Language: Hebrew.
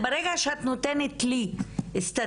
ברגע שאת נותנת לי סטטיסטיקה